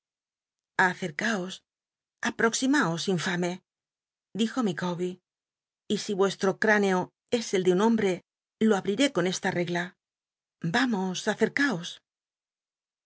i'oximaos infame dijo micawbel y si m estro e ínco es el de un hombre lo abriaé con esta regla vamos